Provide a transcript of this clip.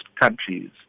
countries